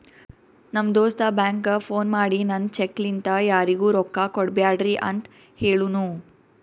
ನಮ್ ದೋಸ್ತ ಬ್ಯಾಂಕ್ಗ ಫೋನ್ ಮಾಡಿ ನಂದ್ ಚೆಕ್ ಲಿಂತಾ ಯಾರಿಗೂ ರೊಕ್ಕಾ ಕೊಡ್ಬ್ಯಾಡ್ರಿ ಅಂತ್ ಹೆಳುನೂ